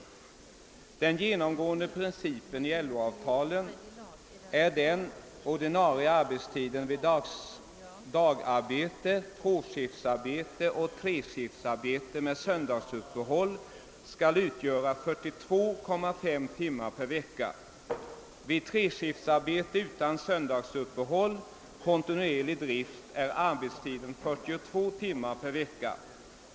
Den genomgående principen i LO avtalen är att arbetstiden vid dagarbete, tvåskiftsarbete och treskiftsarbete med söndagsuppehåll skall utgöra 42,5 timmar per vecka. Vid treskiftsarbete utan söndagsuppehåll — kontinuerlig drift är arbetstiden 42 timmar per vecka.